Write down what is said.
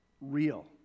real